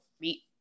meet